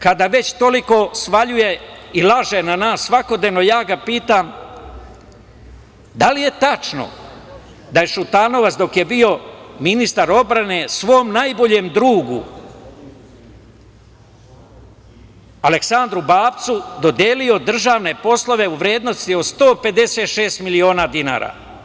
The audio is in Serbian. Kada već toliko svaljuje i laže na nas svakodnevno, ja ga pitam – da li je tačno da je Šutanovac dok je bio ministar odbrane svom najboljem drugu Aleksandru Babcu dodelio državne poslove u vrednosti od 156 miliona dinara?